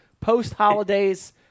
Post-holidays